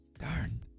Darn